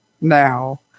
now